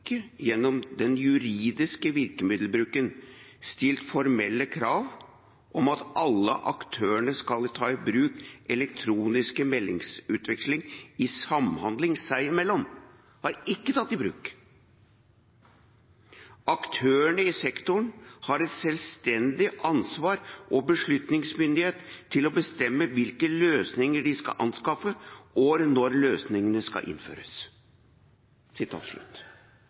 gjennom den juridiske virkemiddelbruken stilt formelle krav om at alle aktørene skal ta i bruk elektronisk meldingsutveksling i samhandlingen seg imellom.» – Har ikke tatt i bruk. – «Aktørene i sektoren har et selvstendig ansvar og beslutningsmyndighet til å bestemme hvilke løsninger de skal anskaffe og når løsningene skal innføres.»